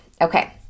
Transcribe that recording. Okay